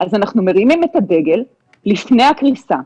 אז אנחנו מרימים את הדגל לפני הקריסה,